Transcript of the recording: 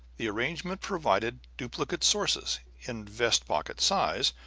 the arrangement provided duplicate sources, in vest-pocket size,